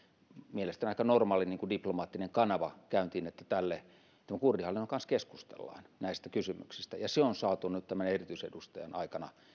mielestäni aika normaali diplomaattinen kanava käyntiin että kurdihallinnon kanssa keskustellaan näistä kysymyksistä se on saatu nyt erityisedustajan aikana